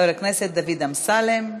חבר הכנסת דוד אמסלם,